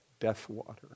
Deathwater